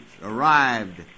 arrived